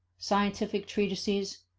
scientific treatises,